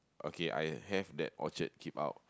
okay I have that Orchard keep out